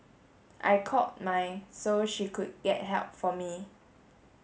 I called my so she could get help for me